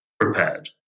prepared